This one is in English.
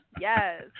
Yes